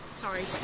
Sorry